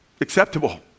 acceptable